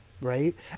Right